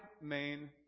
main